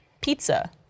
pizza